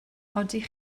ydych